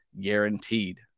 guaranteed